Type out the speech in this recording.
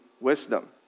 wisdom